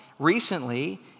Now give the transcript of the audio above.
Recently